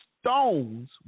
stones